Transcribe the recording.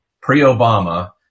Pre-Obama